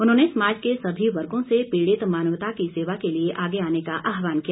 उन्होंने समाज के सभी वर्गों से पीड़ित मानवता की सेवा के लिए आगे आने का आहवान किया